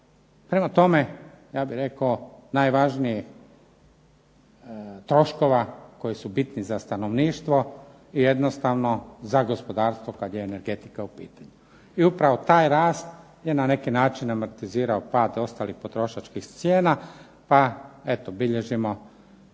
Prema tome, ja bih rekao najvažnijih troškova koji su bitni za stanovništvo i jednostavno za gospodarstvo kad je energetika u pitanju i upravo taj rast je na neki način amortizirao pad ostalih potrošačkih cijena pa eto bilježimo